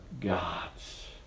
God's